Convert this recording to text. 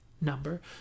number